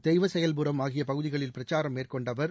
தெய்வ செயல்புரம் ஆகிய பகுதிகளில் பிரச்சாரம் மேற்கொண்ட அவர்